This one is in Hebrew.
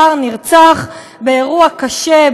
שר נרצח באירוע קשה,